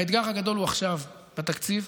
האתגר הגדול הוא עכשיו בתקציב,